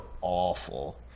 awful